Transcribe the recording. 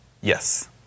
Yes